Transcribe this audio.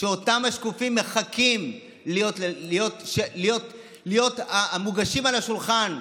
שאותם השקופים מחכים להיות המוגשים על השולחן.